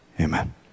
amen